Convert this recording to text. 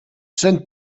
se’n